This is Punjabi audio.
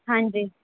ਹਾਂਜੀ